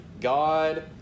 God